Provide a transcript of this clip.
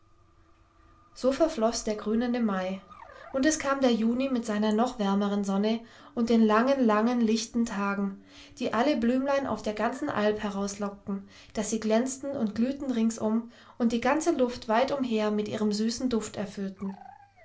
so verfloß der grünende mai und es kam der juni mit seiner noch wärmeren sonne und den langen langen lichten tagen die alle blümlein auf der ganzen alp herauslockten daß sie glänzten und glühten ringsum und die ganze luft weit umher mit ihrem süßen duft erfüllten